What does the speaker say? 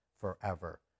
forever